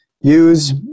use